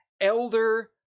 elder